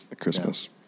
Christmas